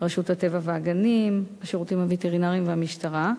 רשות הטבע והגנים, השירותים הווטרינריים והמשטרה,